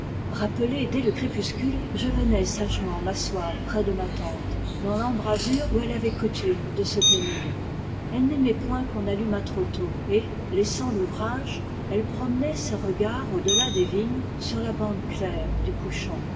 rappelé dès le crépuscule je venais sagement m'asseoir près de ma tante dans l'embrasure où elle avait coutume de se tenir elle n'aimait point qu'on allumât trop tôt et laissant l'ouvrage elle promenait ses regards au delà des vignes sur la bande claire du couchant